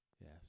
Yes